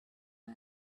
man